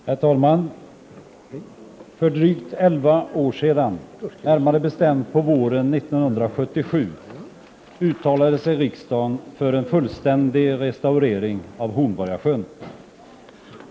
Herr talman! För drygt elva år sedan, närmare bestämt våren 1977, uttalade sig riksdagen för en fullständig restaurering av Hornborgasjön.